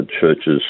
churches